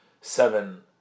seven